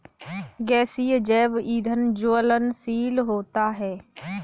गैसीय जैव ईंधन ज्वलनशील होता है